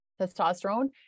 testosterone